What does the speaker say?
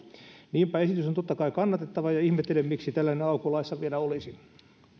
niinpä esitys on totta kai kannatettava ja ihmettelen miksi tällainen aukko laissa vielä olisi